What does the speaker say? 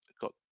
got